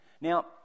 Now